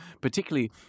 particularly